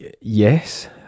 yes